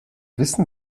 wissen